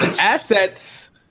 assets